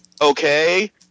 Okay